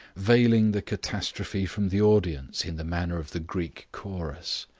veiling the catastrophe from the audience in the manner of the greek chorus.